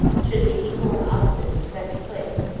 should be equal and opposite to the second place,